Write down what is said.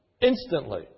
instantly